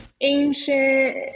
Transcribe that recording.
ancient